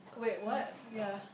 wait what ya